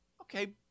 Okay